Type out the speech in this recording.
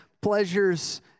pleasures